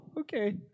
okay